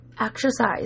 exercise